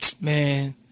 man